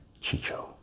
Chicho